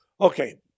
okay